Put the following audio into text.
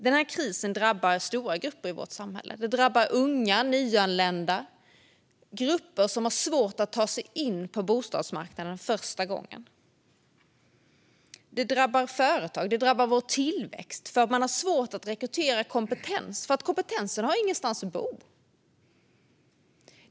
Denna kris drabbar stora grupper i vårt samhälle, som unga och nyanlända - grupper som har svårt att ta sig in på bostadsmarknaden första gången. Den drabbar företag och vår tillväxt. Man har svårt att rekrytera kompetens, för kompetensen har ingenstans att bo.